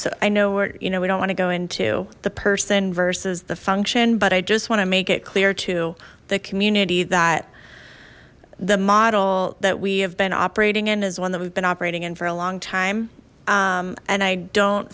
so i know we're you know we don't want to go into the person versus the function but i just want to make it clear to the community that the model that we have been operating in is one that we've been operating in for a long time and i don't